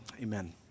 amen